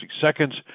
seconds